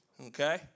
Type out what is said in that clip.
okay